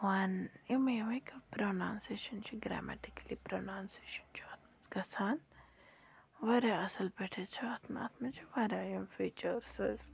وَن یِمَے یِمے کانٛہہ پرونونسیشَن چھِ گرٛامَیٹِکٔلی پرونونسیشَن چھُ اَتھ منٛز گَژھان واریاہ اَصٕل پٲٹھۍ حظ چھِ اَتھ اَتھ منٛز چھِ واریاہ یِم فیٖچٲرٕس حظ